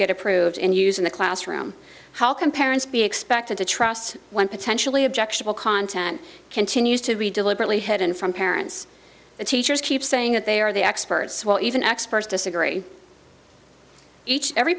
get approved and use in the classroom how can parents be expected to trust when potentially objectionable content continues to be deliberately head and from parents and teachers keep saying that they are the experts well even experts disagree each every